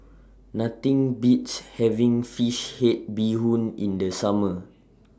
Nothing Beats having Fish Head Bee Hoon in The Summer